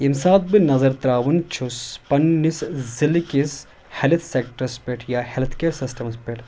ییٚمہِ ساتہٕ بہٕ نَظر ترٛاوان چھُس پَنٛنِس ضِلہٕ کِس ہٮ۪لٕتھ سٮ۪کٹرٛس پٮ۪ٹھ یا ہٮ۪لٕتھ کیر سِسٹَمَس پٮ۪ٹھ